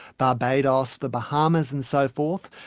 barbados, the bahamas and so forth,